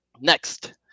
next